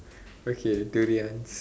okay durians